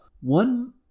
One